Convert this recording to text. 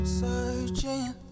searching